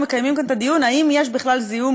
מקיימים כאן את הדיון אם יש בכלל זיהום,